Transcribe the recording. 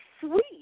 sweet